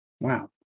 Wow